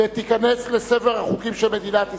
ותיכנס לספר החוקים של מדינת ישראל.